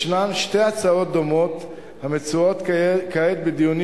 יש שתי הצעות דומות המצויות כעת בדיונים